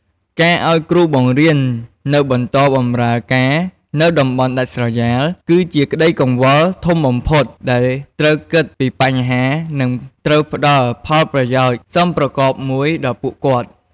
ការឱ្យគ្រូបង្រៀននៅបន្តបម្រើការនៅតំបន់ដាច់ស្រយាល គឺជាក្តីកង្វល់ធំបំផុត ដែលត្រូវគិតពីបញ្ហានិងត្រូវផ្តល់ផលប្រយោជន៍សមប្រកបមួយដល់ពួកគាត់។